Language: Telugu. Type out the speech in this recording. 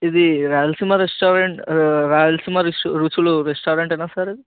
ఇది రాయలసీమ రెస్టారెంట్ రాయలసీమ రుచులు రుచులు రెస్టారెంటేనా సార్ ఇది